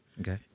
Okay